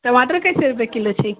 टमाटर कैसे रुपए किलो छै